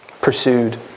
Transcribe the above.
pursued